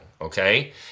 okay